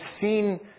seen